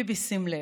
ביבי, שים לב,